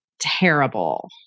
terrible